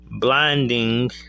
blinding